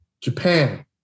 Japan